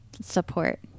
support